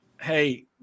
hey